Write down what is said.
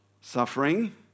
Suffering